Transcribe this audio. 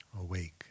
awake